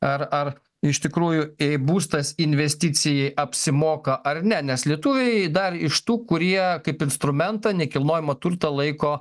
ar ar iš tikrųjų jei būstas investicijai apsimoka ar ne nes lietuviai dar iš tų kurie kaip instrumentą nekilnojamą turtą laiko